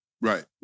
Right